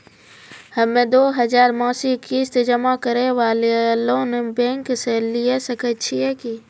हम्मय दो हजार मासिक किस्त जमा करे वाला लोन बैंक से लिये सकय छियै की?